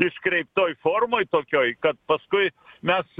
iškreiptoj formoj tokioj kad paskui mes